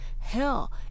Hell